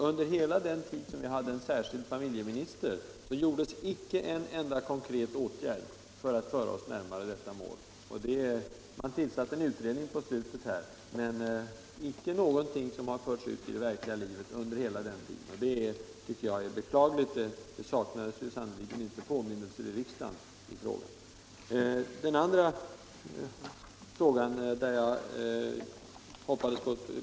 Under hela den tid som vi hade en särskild familjeminister vidtogs inte en enda konkret åtgärd för att föra oss närmare detta mål. En utredning tillsattes, men inte någonting fördes ut i det verkliga livet under hela den tiden. Det tycker jag är beklagligt. Det saknades sannerligen inte påminnelser i riksdagen i frågan.